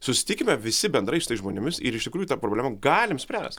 susitikime visi bendrai su tais žmonėmis ir iš tikrųjų tą problemą galim spręst